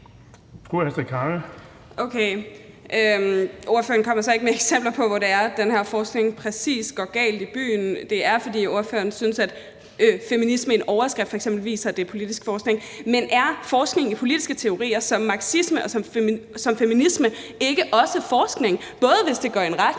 13:18 Astrid Carøe (SF): Okay, ordføreren kommer så ikke med eksempler på, hvor det er, den her forskning præcis går galt i byen. Det er, fordi ordføreren synes, at feminisme i en overskrift f.eks. viser, at det er politisk forskning. Men er forskning i politiske teorier som marxisme og feminisme ikke også forskning, både hvis det går i en retning,